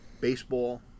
baseball